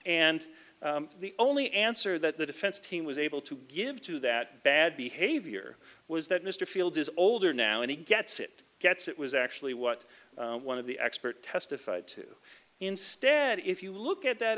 and the only answer that the defense team was able to give to that bad behavior was that mr fields is older now and he gets it gets it was actually what one of the expert testified to instead if you look at that